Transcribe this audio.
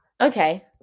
Okay